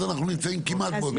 אז אנחנו נמצאים כמעט באותו מקום.